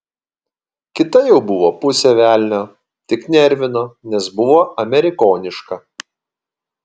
kita jau buvo pusė velnio tik nervino nes buvo amerikoniška